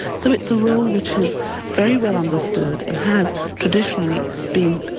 so it's a role which is very well understand and has traditionally been